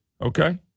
Okay